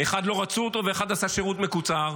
אחד לא רצו אותו ואחד עשה שירות מקוצר,